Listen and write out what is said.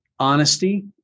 honesty